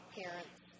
parents